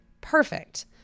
perfect